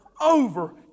over